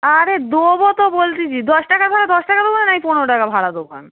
আরে দোবো তো বলতেছি দশ টাকা তাহে দশ টাকা দোব নাই পনেরো টাকা ভাড়া দোব